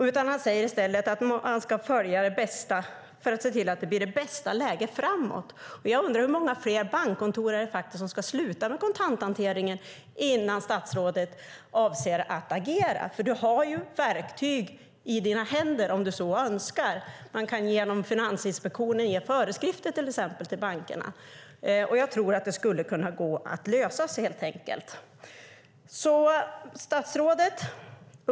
Statsrådet säger i stället att han ska följa detta för att se till att det blir det bästa läget framåt. Jag undrar hur många fler bankkontor som ska sluta med kontanthanteringen innan statsrådet avser att agera. Du har ju verktygen i dina händer. Man kan genom Finansinspektionen ge föreskrifter till bankerna. Jag tror att det skulle kunna gå att lösa detta. Upp till bevis, statsrådet!